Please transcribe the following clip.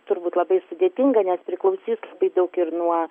turbūt labai sudėtinga nes priklausys daug ir nuo